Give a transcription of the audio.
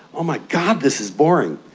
oh my god, this is boring.